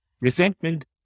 Resentment